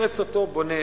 ברצותו בונה,